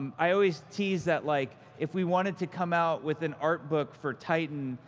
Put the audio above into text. um i always tease that like if we wanted to come out with an art book for titan,